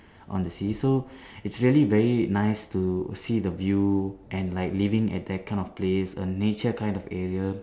on the sea so it's really very nice to see the view and like living at that kind of place a nature kind of area